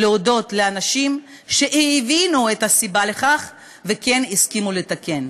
להודות לאנשים שהבינו את הסיבה לכך וכן הסכימו לתקן.